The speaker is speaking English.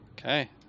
Okay